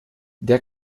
der